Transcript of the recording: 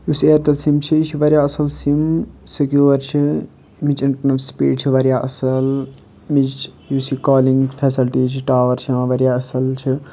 یُس اِیَرٹیٚل سِم چھِ یہِ چھِ واریاہ اَصٕل سِم سِکیور چھِ اَمِچ اِنٹَرنَل سُپیٖڈ چھِ واریاہ اَصٕل ایٚمِچ یُس یہِ کالِنٛگ فیسَلٹیٖز چھِ ٹاوَر شاوَر واریاہ اَصٕل چھِ